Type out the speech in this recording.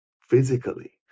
physically